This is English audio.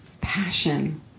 passion